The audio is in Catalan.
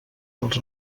dels